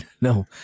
no